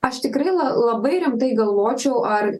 aš tikrai la labai rimtai galvočiau ar